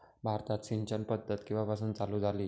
भारतात सिंचन पद्धत केवापासून चालू झाली?